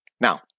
Now